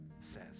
says